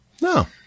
No